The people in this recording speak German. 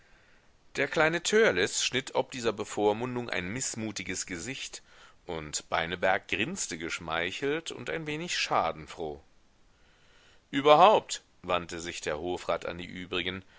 der kleine törleß schnitt ob dieser bevormundung ein mißmutiges gesicht und beineberg grinste geschmeichelt und ein wenig schadenfroh überhaupt wandte sich der hofrat an die übrigen